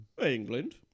England